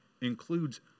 includes